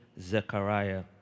Zechariah